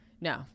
No